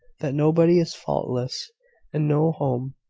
that nobody is faultless and no home,